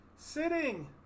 Sitting